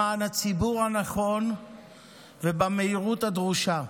למען הציבור הנכון ובמהירות הדרושה.